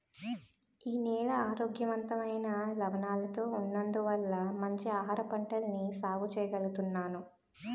నా నేల ఆరోగ్యవంతమైన లవణాలతో ఉన్నందువల్ల మంచి ఆహారపంటల్ని సాగు చెయ్యగలుగుతున్నాను